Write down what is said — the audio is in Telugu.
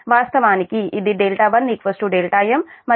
వాస్తవానికి ఇది1 δm మరియు δm మీ π 0